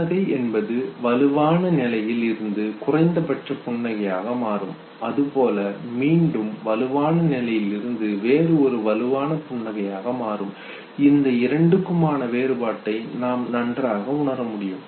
புன்னகை என்பது வலுவான நிலையில் இருந்து குறைந்தபட்ச புன்னகையாக மாறும் அதுபோல மீண்டும் வலுவான நிலையில் இருந்து வேறு ஒரு வலுவான புன்னகையாக மாறும் இந்த இரண்டுக்குமான வேறுபாட்டை நாம் நன்றாக உணரமுடியும்